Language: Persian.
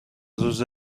روز